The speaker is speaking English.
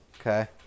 Okay